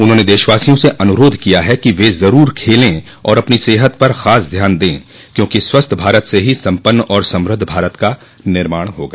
उन्होंने देशवासियों से अनुरोध किया है कि वे जरूर खेलें और अपनी सेहत पर खास ध्यान दें क्योंकि स्वस्थ भारत से ही सम्पन्न और समृद्ध भारत का निर्माण होगा